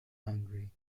hungry